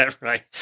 right